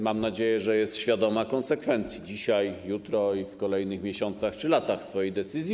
Mam nadzieję, że jest świadoma konsekwencji dzisiaj, jutro i w kolejnych miesiącach czy latach swojej decyzji.